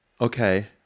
Okay